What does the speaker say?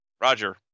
Roger